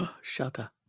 Shudder